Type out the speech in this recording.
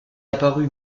apparu